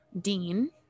Dean